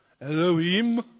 Elohim